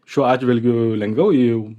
šiuo atžvilgiu lengviau jau